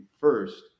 first